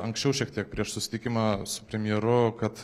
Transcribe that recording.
anksčiau šiek tiek prieš susitikimą su premjeru kad